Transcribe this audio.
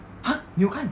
!huh! 你有看